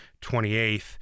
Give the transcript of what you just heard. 28th